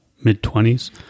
mid-twenties